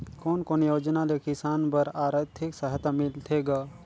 कोन कोन योजना ले किसान बर आरथिक सहायता मिलथे ग?